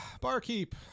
Barkeep